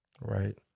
right